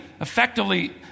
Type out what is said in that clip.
effectively